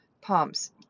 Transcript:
Pumps